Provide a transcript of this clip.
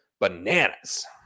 bananas